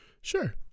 Sure